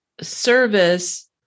service